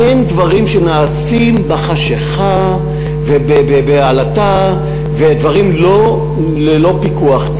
אין דברים שנעשים בחשכה ובעלטה ודברים ללא פיקוח.